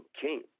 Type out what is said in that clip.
king